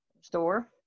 store